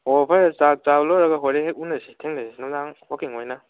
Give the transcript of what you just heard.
ꯑꯣ ꯐꯔꯦ ꯆꯥꯛ ꯆꯥꯕ ꯂꯣꯏꯔꯒ ꯍꯣꯔꯦꯟꯗꯤ ꯎꯅꯁꯤ ꯊꯦꯡꯅꯁꯤ ꯅꯨꯡꯗꯥꯡ ꯋꯥꯛꯀꯤꯡ ꯑꯣꯏꯅ